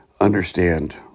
understand